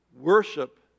Worship